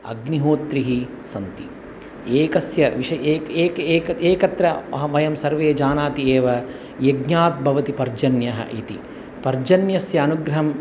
अग्निहोत्रिः सन्ति एकस्य विषये एकं एकं एकं एकत्र अहं वयं सर्वे जानीमः एव यज्ञात् भवति पर्जन्यः इति पर्जन्यस्य अनुग्रहं